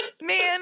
Man